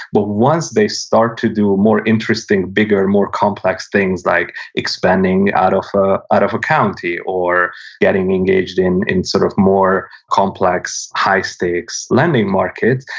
but once they start to do more interesting, bigger, more complex things like expanding out of ah out of a county or getting engaged in in sort of more complex, high stakes lending markets,